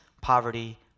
poverty